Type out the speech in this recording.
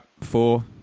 four